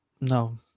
no